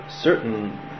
certain